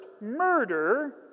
murder